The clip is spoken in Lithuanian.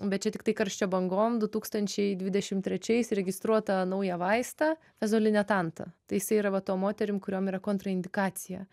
bet čia tiktai karščio bangom du tūkstančiai dvidešimt trečiais registruotą naują vaistą zolinetantą tai jisai yra va tom moterim kuriom yra kontraindikacija